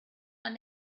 are